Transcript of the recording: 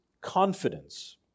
confidence